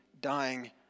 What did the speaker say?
dying